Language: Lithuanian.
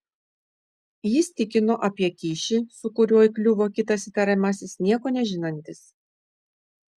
jis tikino apie kyšį su kuriuo įkliuvo kitas įtariamasis nieko nežinantis